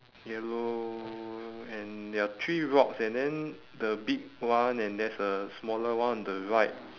yellow and there are three rocks and then the big one and there's a smaller one on the right